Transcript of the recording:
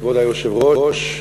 כבוד היושב-ראש,